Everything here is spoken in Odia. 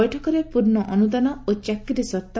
ବୈଠକରେ ପୂର୍ଣ୍ଣ ଅନୁଦାନ ଓ ଚାକିରି ସର୍ଉ